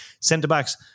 centre-backs